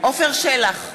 עפר שלח,